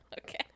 Okay